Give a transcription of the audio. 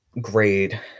grade